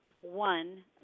one